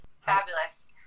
fabulous